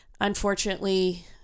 unfortunately